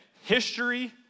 History